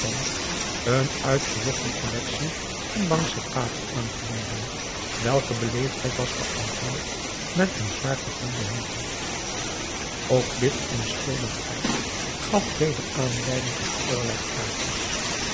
een uitgezochte collectie kembang sepatoe aangeboden welke beleefdheid was beantwoord met een zwaar vergulden hoorn p a daum hoe hij raad van indië werd onder ps maurits ook dit onschuldig feit gaf weder aanleiding tot allerlei praatjes